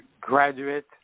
graduate